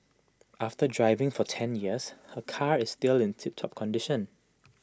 after driving for ten years her car is still in tiptop condition